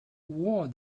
war